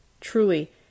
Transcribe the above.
Truly